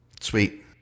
Sweet